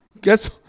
Guess